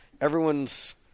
everyone's